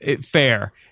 fair